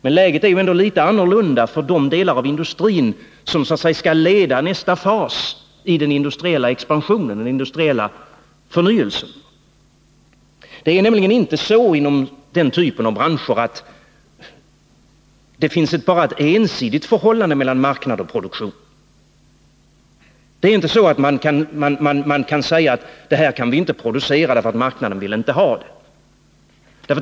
Men läget är litet annorlunda för de delar av industrin som skall leda nästa fas i den industriella expansionen och förnyelsen. Inom den typen av branscher finns det nämligen inte bara ett ensidigt förhållande mellan marknad och produktion. Man kan inte säga: Detta kan vi inte producera, för marknaden vill inte ha det.